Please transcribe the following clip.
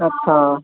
ਅੱਛਾ